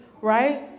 right